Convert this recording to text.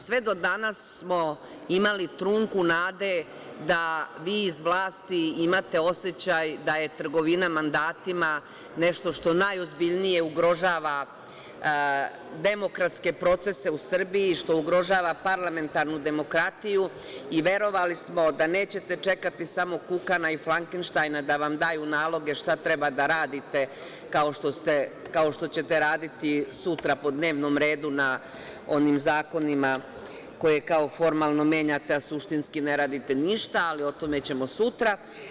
Sve do danas smo imali trunku nade da vi iz vlasti imate osećaj da je trgovina mandatima nešto što najozbiljnije ugrožava demokratske procese u Srbiji, što ugrožava parlamentarnu demokratiju i verovali smo da nećete čekati samo Kukana i Flakenštajna da vam daju naloge šta treba da radite, kao što ćete raditi sutra po dnevnom redu na onim zakonima koje kao formalno menjate, a suštinski ne radite ništa, ali o tome ćemo sutra.